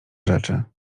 rzeczy